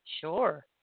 sure